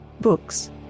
books